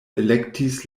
elektis